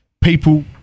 people